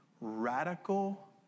Radical